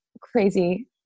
crazy